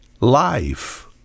life